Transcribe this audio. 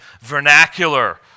vernacular